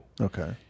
Okay